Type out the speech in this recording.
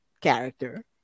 character